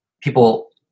people